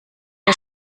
wer